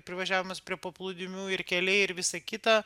privažiavimas prie paplūdimių ir keliai ir visa kita